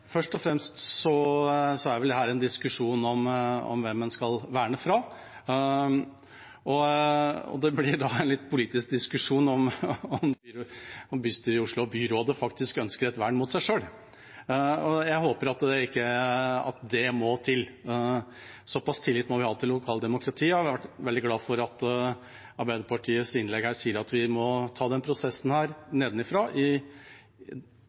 Først og fremst er dette en diskusjon om hvem en skal verne mot. Det blir da en politisk diskusjon om bystyret i Oslo, byrådet, faktisk ønsker et vern mot seg selv. Jeg håper ikke at det må til. Såpass tillit må vi ha til lokaldemokratiet. Jeg er veldig glad for at man sier i Arbeiderpartiets innlegg at vi må ta denne prosessen nedenifra, hos eieren, i